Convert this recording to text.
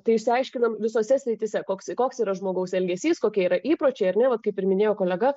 tai išsiaiškinam visose srityse koks koks yra žmogaus elgesys kokie yra įpročiai ar ne vat kaip ir minėjo kolega